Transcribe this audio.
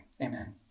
amen